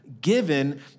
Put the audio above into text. given